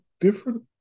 different